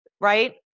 right